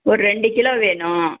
ஒரு ரெண்டுக் கிலோ வேணும்